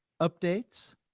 updates